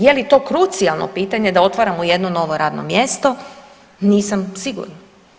Je li to krucijalno pitanje da otvaramo jedno novo radno mjesto, nisam sigurna.